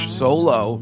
solo